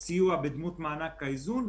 יהיה סיוע בדמות מענק האיזון,